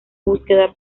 búsqueda